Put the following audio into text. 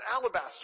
alabaster